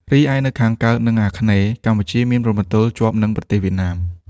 រីឯនៅខាងកើត និងអាគ្នេយ៍ កម្ពុជាមានព្រំប្រទល់ជាប់នឹងប្រទេសវៀតណាម។